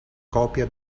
copia